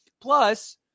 Plus